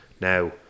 now